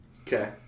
Okay